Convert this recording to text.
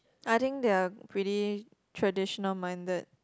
I think they are pretty traditional minded